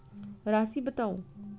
राशि बताउ